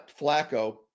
Flacco